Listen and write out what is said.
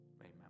amen